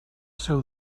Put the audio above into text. seu